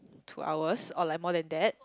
two hours or like more than that